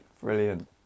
Brilliant